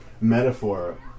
metaphor